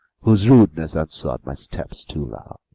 whose rudeness answer'd my steps too loud.